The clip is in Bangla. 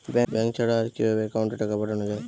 ব্যাঙ্ক ছাড়া আর কিভাবে একাউন্টে টাকা পাঠানো য়ায়?